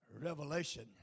revelation